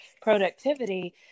productivity